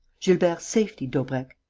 gilbert's safety, daubrecq!